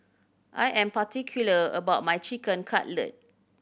I am particular about my Chicken Cutlet